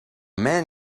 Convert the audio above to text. man